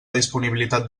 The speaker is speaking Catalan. disponibilitat